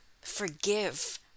forgive